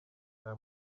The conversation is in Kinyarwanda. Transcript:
aya